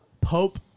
Pope